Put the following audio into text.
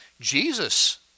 Jesus